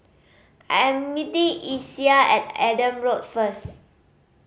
I am meeting Isiah at Adam Road first